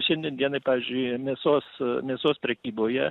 šiandien dienai pavyzdžiui mėsos mėsos prekyboje